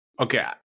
Okay